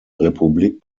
republik